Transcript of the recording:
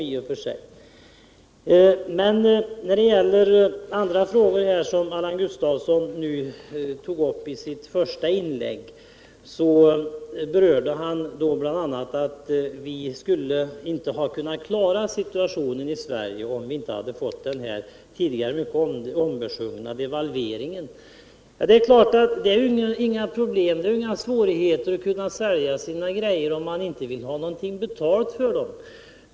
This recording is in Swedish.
Allan Gustafsson tog upp en del andra frågor i sitt första inlägg och han anförde bl.a. att vi inte skulle ha kunnat klara situationen om vi inte hade fått den tidigare mycket ombesjungna devalveringen. Det är givetvis inga svårigheter att sälja sina grejor om man inte vill ha något betalt för dem.